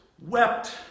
wept